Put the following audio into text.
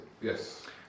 Yes